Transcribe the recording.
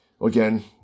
Again